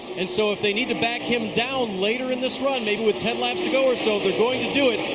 and so if they need to back him down later in this run with ten laps to go or so, they're going to do it.